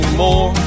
more